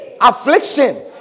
Affliction